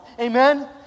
Amen